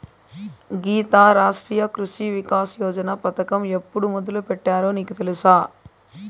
గీతా, రాష్ట్రీయ కృషి వికాస్ యోజన పథకం ఎప్పుడు మొదలుపెట్టారో నీకు తెలుసా